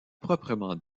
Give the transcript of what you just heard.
proprement